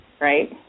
right